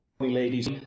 ladies